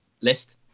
list